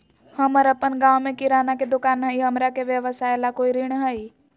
हमर अपन गांव में किराना के दुकान हई, हमरा के व्यवसाय ला कोई ऋण हई?